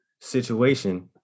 situation